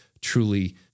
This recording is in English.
truly